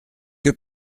que